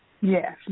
Yes